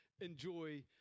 enjoy